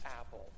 Apple